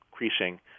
increasing